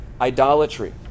idolatry